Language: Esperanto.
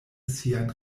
siajn